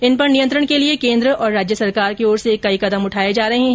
इन पर नियंत्रण के लिए केन्द्र और राज्य सरकार की ओर से कई कदम उठाये जा रहे है